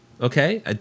okay